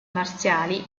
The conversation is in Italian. marziali